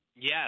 Yes